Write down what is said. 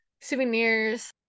souvenirs